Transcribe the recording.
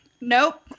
Nope